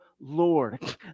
Lord